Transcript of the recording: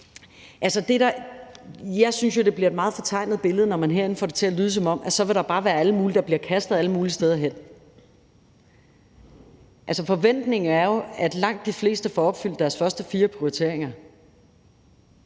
jo synes, at det bliver et meget fortegnet billede, når man herinde får det til at lyde, som om der så bare vil være alle mulige, der bliver kastet alle mulige steder hen. Altså, forventningen er jo, at langt de fleste får opfyldt en af deres første fire prioriteringer,